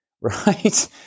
right